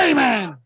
Amen